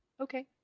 okay